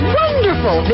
wonderful